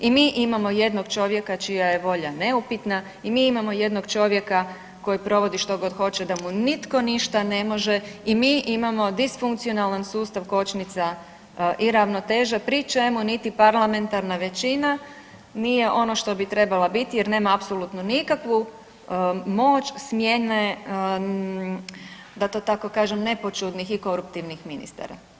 I mi imamo jednog čovjeka čija je volja neupitna i mi imamo jednog čovjeka koji provodi što god hoće, da mu nitko ništa ne može i mi imamo disfunkcionalan sustav kočnica i ravnoteže pri čemu niti parlamentarna većina nije ono što bi trebala biti jer nema apsolutno nikakvu moć smjene da to tako kažem nepoćudnih i koruptivnih ministara.